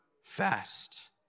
fast